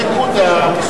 נקודה.